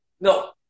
No